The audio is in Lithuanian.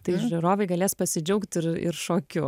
tai žiūrovai galės pasidžiaugt ir ir šokiu